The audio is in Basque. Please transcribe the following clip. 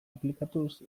aplikatuz